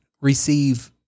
receive